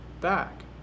back